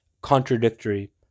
contradictory